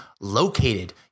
located